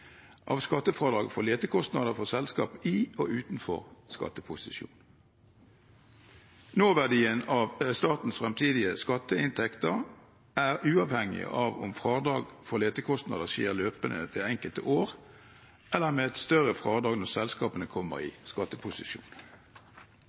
av skattefradraget for letekostnader for selskaper i og utenfor skatteposisjon. Nåverdien av statens fremtidige skatteinntekter er uavhengig av om fradrag for letekostnader skjer løpende det enkelte år, eller med et større fradrag når selskapet kommer i